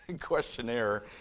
questionnaire